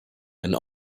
and